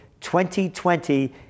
2020